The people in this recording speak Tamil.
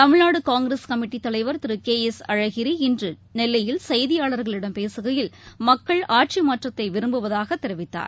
தமிழ்நாடுகாங்கிரஸ் கமிட்டித் தலைவர் திருகே எஸ் அழகிரி இன்றுநெல்லையில் செய்தியாளர்களிடம் பேசுகையில் மக்கள் ஆட்சிமாற்றத்தைவிரும்புவதாகதெரிவித்தார்